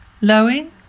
lowing